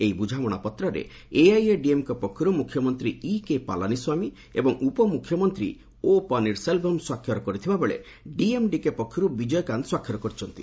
ଏହି ବୁଝାମଣା ପତ୍ରରେ ଏଆଇଏଡିଏମ୍କେ ପକ୍ଷରୁ ମୁଖ୍ୟମନ୍ତ୍ରୀ ଇକେ ପାଲାନୀସ୍ୱାମୀ ଏବଂ ଉପମୁଖ୍ୟମନ୍ତ୍ରୀ ଓ ପନିର୍ସେଲ୍ଭମ୍ ସ୍ୱାକ୍ଷର କରିଥିବାବେଳେ ଡିଏମ୍ଡିକେ ପକ୍ଷରୁ ବିଜୟକାନ୍ତ ସ୍ୱାକ୍ଷର କରିଛନ୍ତି